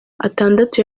atandatu